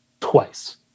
twice